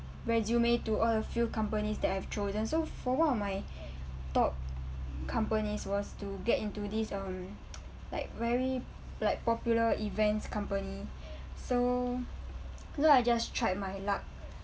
resume to a few companies that I've chosen so for one of my top companies was to get into this um like very like popular events company so you know I just tried my luck